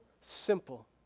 simple